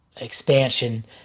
expansion